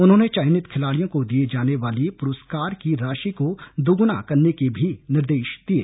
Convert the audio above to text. उन्होंने चयनित खिलाड़ियों को दिये जाने वाली पुरस्कार की राशि को दोगुना करने के भी निर्देश दिये